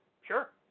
sure